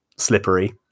slippery